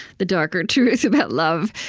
the darker truth about love.